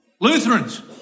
Lutherans